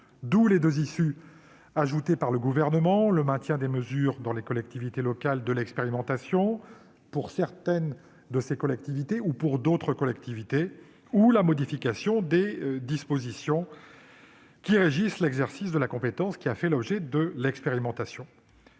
sens des deux issues ajoutées par le Gouvernement : le maintien des mesures dans les collectivités locales de l'expérimentation pour certaines de ces collectivités ou pour d'autres ; la modification des dispositions régissant l'exercice de la compétence qui a fait l'objet de l'expérimentation.